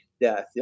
death